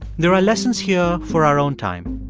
there are lessons here for our own time.